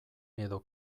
edo